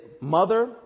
mother